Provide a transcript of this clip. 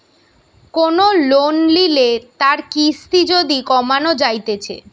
কোন লোন লিলে তার কিস্তি যদি কমানো যাইতেছে